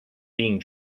being